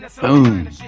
Boom